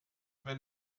wenn